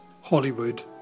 Hollywood